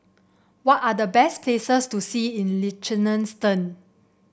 what are the best places to see in Liechtenstein